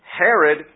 Herod